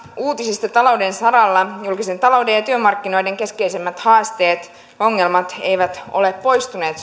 uutisista talouden saralla julkisen talouden ja työmarkkinoiden keskeisimmät haasteet ongelmat eivät ole poistuneet